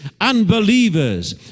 unbelievers